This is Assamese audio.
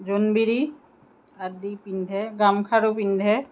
জোনবিৰি আদি পিন্ধে গামখাৰু পিন্ধে